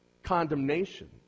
condemnation